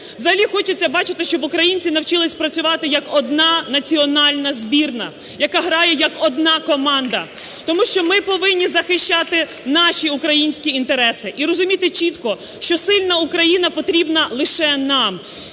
взагалі хочеться бачити, щоб українці навчилися працювати, як одна національна збірна, яка грає, як одна команда. Тому що ми повинні захищати наші українські інтереси і розуміти чітко, що сильна Україна потрібна лише нам.